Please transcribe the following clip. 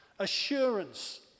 Assurance